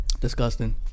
Disgusting